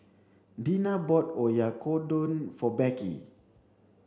Deena bought Oyakodon for Becky